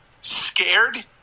Scared